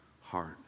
heart